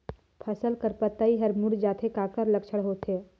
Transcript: फसल कर पतइ हर मुड़ जाथे काकर लक्षण होथे?